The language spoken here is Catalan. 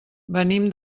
venim